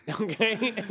Okay